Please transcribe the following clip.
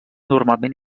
normalment